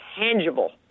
tangible